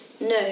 No